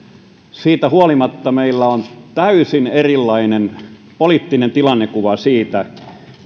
siitä huolimatta meillä on täysin erilainen poliittinen tilannekuva siitä